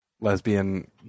lesbian